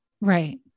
right